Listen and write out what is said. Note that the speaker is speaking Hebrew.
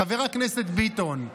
חבר הכנסת ביטון,